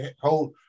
hold